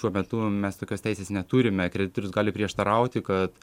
šiuo metu mes tokios teisės neturime kreditorius gali prieštarauti kad